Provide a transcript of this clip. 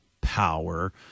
power